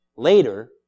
Later